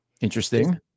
Interesting